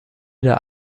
der